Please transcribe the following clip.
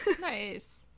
Nice